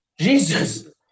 Jesus